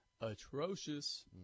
atrocious